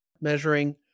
measuring